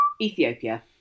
Ethiopia